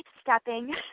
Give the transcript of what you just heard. stepping